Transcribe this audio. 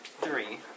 Three